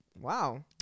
Wow